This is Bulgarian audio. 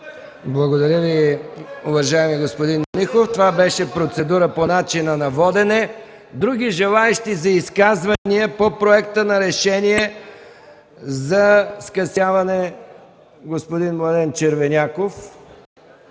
Благодаря Ви, уважаеми господин Михов. Това беше процедура по начина на водене. Други желаещи за изказвания по проекта за решение – за скъсяване? Заповядайте, уважаеми